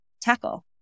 tackle